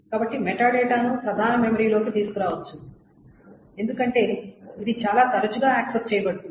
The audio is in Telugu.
కాబట్టి మెటాడేటాను ప్రధాన మెమరీలోకి తీసుకురావచ్చు ఎందుకంటే ఇది చాలా తరచుగా యాక్సెస్ చేయబడుతుంది